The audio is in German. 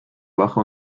wache